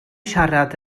siarad